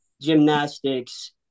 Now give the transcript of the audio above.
gymnastics